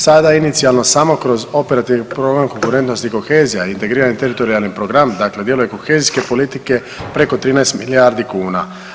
Sada inicijalno samo kroz operativni program Konkurentnost i kohezija, integrirani teritorijalni program, dakle djelo je kohezijske politike preko 13 milijardi kuna.